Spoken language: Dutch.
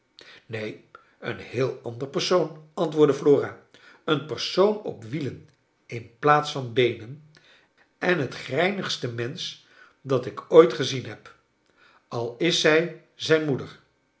een een heel ander persoon antwoordde flora een persoon op wielen in plaats van b eerie n en het greinigste mensch dat ik ooit gezien heb al is zij zijn moeder